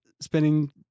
spending